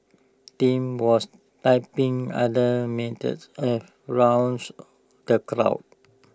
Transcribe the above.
Tim was trying other methods A rouse the crowd